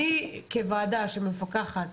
כוועדה שמפקחת